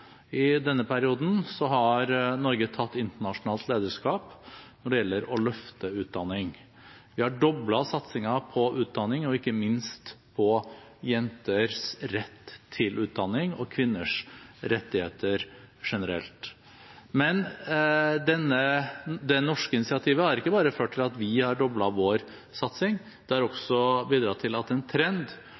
I denne perioden har Norge tatt internasjonalt lederskap når det gjelder å løfte utdanning. Vi har doblet satsingen på utdanning – ikke minst på jenters rett til utdanning og kvinners rettigheter generelt. Men det norske initiativet har ikke bare ført til at vi har doblet vår satsing, det har også bidratt til at en trend